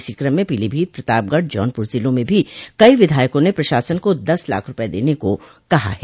इसी क्रम में पीलीभीत प्रतापगढ़ जौनपुर जिलों में भी कई विधायकों ने प्रशासन को दस लाख रूपये देने को कहा है